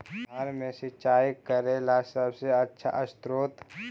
धान मे सिंचाई करे ला सबसे आछा स्त्रोत्र?